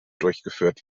durchgeführt